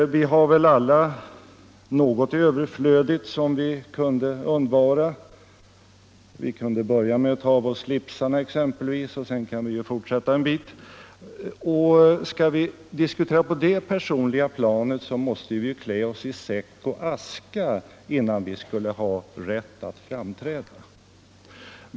Vi har väl alla något överflödigt som vi skulle kunna undvara — vi kunde exempelvis börja med att ta av oss slipsarna, och sedan kunde vi ju fortsätta en bit till. Skall vi diskutera på det personliga planet, borde vi kanske klä oss i säck och aska, innan vi skulle ha rätt att framträda.